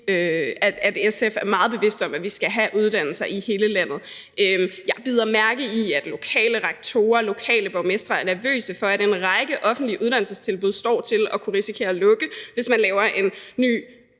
at SF er meget bevidst om, at vi skal have uddannelser i hele landet. Jeg bider mærke i, at lokale rektorer og lokale borgmestre er nervøse for, at en række offentlige uddannelsestilbud står til at kunne risikere at lukke, hvis man laver en ny,